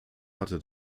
hatte